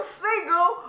single